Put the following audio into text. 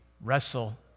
wrestle